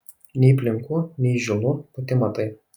nei plinku nei žylu pati matai